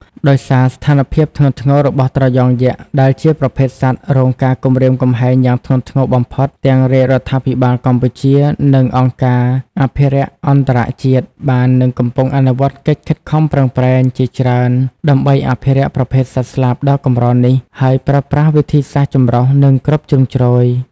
ដោយសារស្ថានភាពដ៏ធ្ងន់ធ្ងររបស់ត្រយងយក្ស ដែលជាប្រភេទសត្វរងការគំរាមកំហែងយ៉ាងធ្ងន់ធ្ងរបំផុត ទាំងរាជរដ្ឋាភិបាលកម្ពុជា និងអង្គការអភិរក្សអន្តរជាតិ បាននិងកំពុងអនុវត្តកិច្ចខិតខំប្រឹងប្រែងជាច្រើនដើម្បីអភិរក្សប្រភេទសត្វស្លាបដ៏កម្រនេះ ដោយប្រើប្រាស់វិធីសាស្ត្រចម្រុះ និងគ្រប់ជ្រុងជ្រោយ។